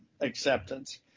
acceptance